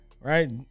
right